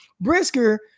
Brisker